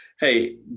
hey